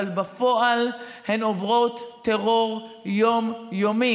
אבל בפועל הן עוברות טרור יום-יומי,